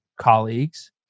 colleagues